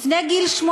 לפני גיל 18,